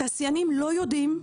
התעשיינים לא יודעים,